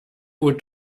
gut